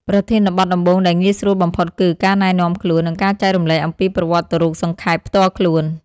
ប្រធានបទដំបូងដែលងាយស្រួលបំផុតគឺ ការណែនាំខ្លួន និងការចែករំលែកអំពីប្រវត្តិរូបសង្ខេបផ្ទាល់ខ្លួន។